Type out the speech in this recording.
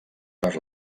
per